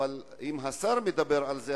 אבל אם השר מדבר על זה,